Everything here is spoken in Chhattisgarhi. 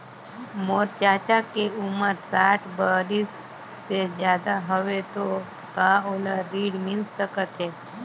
मोर चाचा के उमर साठ बरिस से ज्यादा हवे तो का ओला ऋण मिल सकत हे?